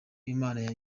imana